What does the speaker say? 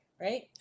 right